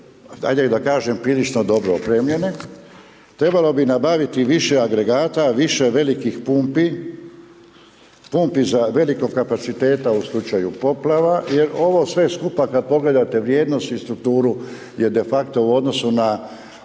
ajde i da kažem, prilično dobro opremljene, trebalo bi nabaviti više agregata, više velikih pumpi, pumpi velikog kapaciteta u slučaju poplava jer ovo sve skupa kad pogledate vrijednost i strukturu je defakto u odnosu na